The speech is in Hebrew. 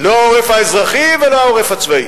לא העורף האזרחי ולא העורף הצבאי.